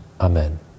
Amen